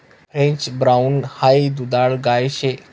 French brown high दुधाळ गाय शे